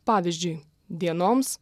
pavyzdžiui dienoms